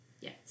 Yes